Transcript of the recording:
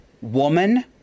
woman